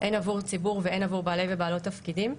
הן עבור ציבור והן עבור בעלי ובעלות תפקידים.